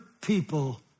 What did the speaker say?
people